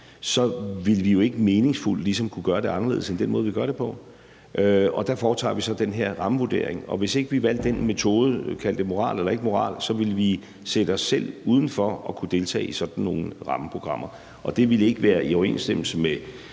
så ville vi jo ligesom ikke meningsfuldt kunne gøre det anderledes end den måde, vi gør det på. Og der foretager vi så den her rammevurdering. Hvis ikke vi valgte den metode – kald det moral eller ikke moral – så ville vi sætte os selv udenfor at kunne deltage i sådan nogle rammeprogrammer, og det ville ikke være i overensstemmelse med